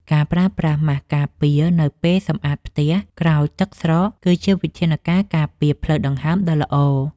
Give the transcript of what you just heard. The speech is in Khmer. ការប្រើប្រាស់ម៉ាស់ការពារនៅពេលសម្អាតផ្ទះក្រោយទឹកស្រកគឺជាវិធានការការពារផ្លូវដង្ហើមដ៏ល្អ។